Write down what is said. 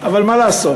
אבל מה לעשות,